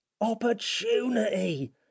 opportunity